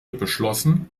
beschlossen